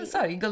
Sorry